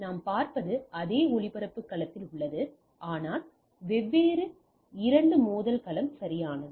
நாம் பார்ப்பது அதே ஒளிபரப்பு களத்தில் உள்ளது ஆனால் இரண்டு வெவ்வேறு மோதல் களம் சரியானது